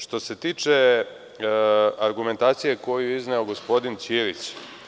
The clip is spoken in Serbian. Što se tiče argumentacije koju je izneo gospodin Ćirić.